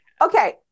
okay